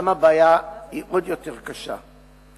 ושם הבעיה היא עוד יותר קשה.